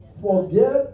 forget